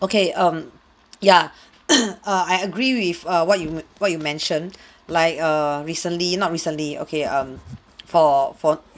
okay um yeah err I agree with err what you what you mentioned like err recently not recently okay um for for